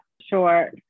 sure